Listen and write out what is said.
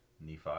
Nephi